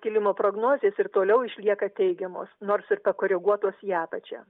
kilimo prognozės ir toliau išlieka teigiamos nors ir pakoreguotos į apačią